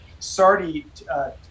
sardi